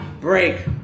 break